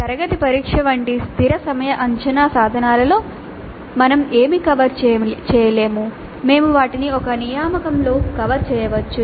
తరగతి పరీక్ష వంటి స్థిర సమయ అంచనా సాధనాలలో మనం ఏమి కవర్ చేయలేము మేము వాటిని ఒక నియామకంలో కవర్ చేయవచ్చు